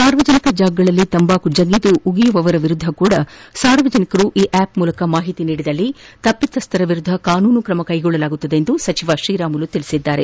ಸಾರ್ವಜನಿಕ ಸ್ಥಳಗಳಲ್ಲಿ ತಂಬಾಕು ಜಗಿದು ಉಗುಳುವವರ ವಿರುದ್ದವೂ ಸಹ ಸಾರ್ವಜನಿಕರು ಈ ಆಪ್ ಮೂಲಕ ಮಾಹಿತಿ ನೀಡಿದಲ್ಲಿ ತಪ್ಪಿತಸ್ಥರ ವಿರುದ್ದ ಕಾನೂನು ಕ್ರಮ ಕೈಗೊಳ್ಳಲಾಗುವುದೆಂದು ಸಚಿವ ತ್ರೀರಾಮುಲು ತಿಳಿಸಿದರು